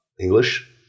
English